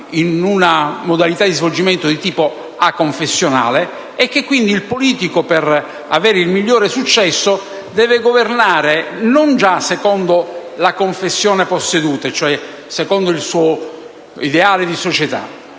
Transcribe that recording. in una modalità di svolgimento di tipo aconfessionale e che, quindi, il politico, per aver il maggior successo possibile, debba governare non già secondo la confessione posseduta, cioè secondo il suo ideale di società,